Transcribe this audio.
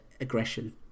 aggression